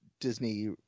Disney